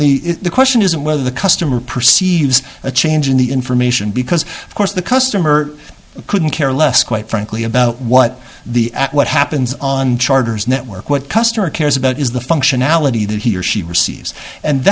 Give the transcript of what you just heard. the question isn't whether the customer perceives a change in the information because of course the customer couldn't care less quite frankly about what the at what happens on charters network what customer cares about is the functionality that he or she receives and